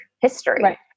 history